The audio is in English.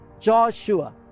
Joshua